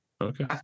Okay